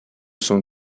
son